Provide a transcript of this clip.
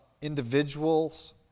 individuals